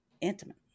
intimate